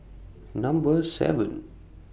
Number seven